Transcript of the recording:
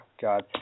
God